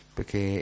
Perché